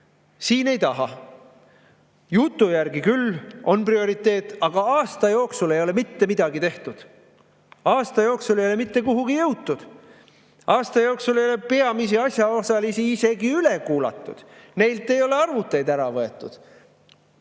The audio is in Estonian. ei taha. Jutu järgi on see küll prioriteet, aga aasta jooksul ei ole mitte midagi tehtud. Aasta jooksul ei ole mitte kuhugi jõutud, aasta jooksul ei ole peamisi asjaosalisi isegi üle kuulatud, neilt ei ole arvuteid ära võetud.